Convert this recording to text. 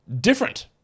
different